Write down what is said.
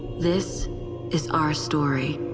this is our story.